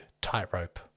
tightrope